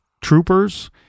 troopers